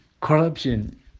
Corruption